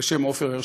בשם עופר הרשקוביץ.